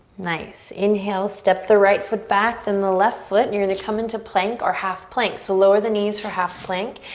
nice, inhale, step the right foot back then the left foot. you're gonna into plank or half plank. so lower the knees for half plank.